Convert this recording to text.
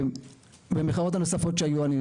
ובמחאות הנוספות שהיו אני,